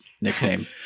nickname